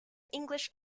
english